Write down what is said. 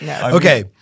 Okay